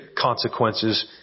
consequences